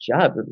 job